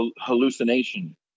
hallucination